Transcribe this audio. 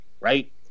right